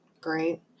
great